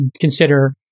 consider